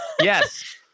Yes